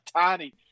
tiny